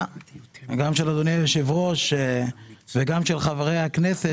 גם של אדוני היושב-ראש וגם של חברי הכנסת.